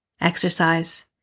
Exercise